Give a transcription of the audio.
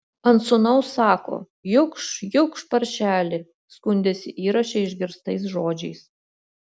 ant sūnaus sako jukš jukš paršeli skundėsi įraše išgirstais žodžiais